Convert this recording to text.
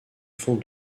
font